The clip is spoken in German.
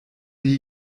die